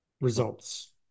Results